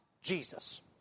Jesus